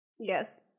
Yes